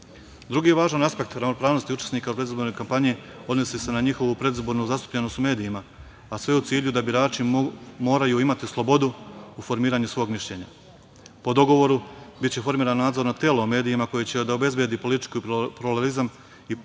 važan aspekt ravnopravnosti učesnika predizborne kampanje odnosi se na njihovu predizbornu zastupljenost u medijima, a sve u cilju da birači moraju imati slobodu u formiranju svog mišljenja. Po dogovoru, biće formirana nadzorno telo o medijima koje će da obezbedi politički pluralizam i profesionalnu